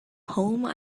home